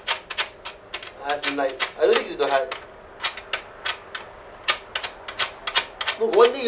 as in like I don't take it to heart no but one thing you